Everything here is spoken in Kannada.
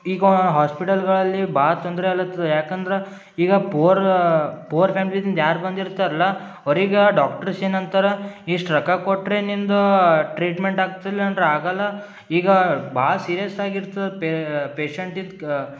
ಈಗ ಹಾಸ್ಪಿಟಲ್ಗಳಲ್ಲಿ ಭಾಳ ತೊಂದರೆ ಆಗ್ಲತ್ತದೆ ಯಾಕಂದ್ರೆ ಈಗ ಪುವರ್ ಪುವರ್ ಫ್ಯಾಮಿಲಿದಿಂದ ಯಾರು ಬಂದಿರ್ತಾರಲ್ಲ ಅವ್ರಿಗೆ ಡಾಕ್ಟ್ರ್ಸ್ ಏನಂತಾರ ಇಷ್ಟು ರೊಕ್ಕ ಕೊಟ್ರೆ ನಿಂದು ಟ್ರೀಟ್ಮೆಂಟ್ ಆಗ್ತ ಇಲ್ಲ ಆಗಲ್ಲ ಈಗ ಭಾಳ್ ಸೀರಿಯಸ್ ಆಗಿರ್ತದ ಪೇಶಂಟಿದ್ ಕ